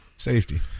Safety